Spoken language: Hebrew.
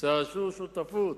שעשו שותפות